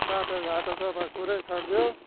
बाटोघाटोको त कुरै छोडिदेऊ